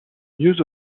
mieux